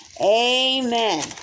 Amen